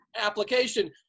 application